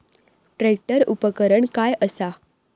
Tractor उपकरण काय असा?